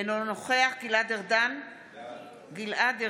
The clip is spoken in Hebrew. אינו נוכח גלעד ארדן,